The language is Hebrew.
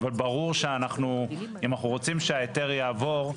אבל ברור שאנחנו אם אנחנו רוצים שההיתר יעבור,